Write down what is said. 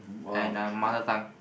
and uh mother tongue